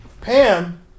Pam